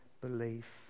belief